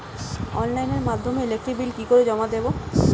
অনলাইনের মাধ্যমে electric bill কি করে জমা দেবো?